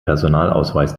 personalausweis